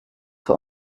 für